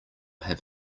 have